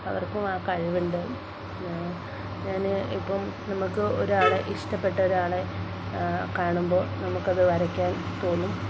അവർക്കും ആ കഴിവ് ഉണ്ട് പിന്നെ ഞാന് ഇപ്പം നമുക്ക് ഒരാളെ ഇഷ്ടപ്പെട്ട ഒരാളെ കാണുമ്പോൾ നമുക്കത് വരയ്ക്കാൻ തോന്നും